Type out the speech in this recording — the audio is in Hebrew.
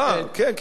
אה, כן, כן.